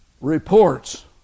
reports